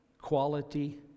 quality